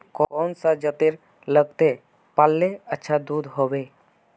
कौन सा जतेर लगते पाल्ले अच्छा दूध होवे?